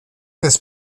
this